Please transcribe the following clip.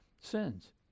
sins